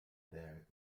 there